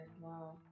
Wow